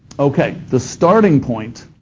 okay, the starting point